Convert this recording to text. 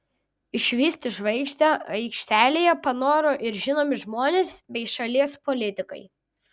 išvysti žvaigždę aikštelėje panoro ir žinomi žmonės bei šalies politikai